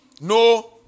no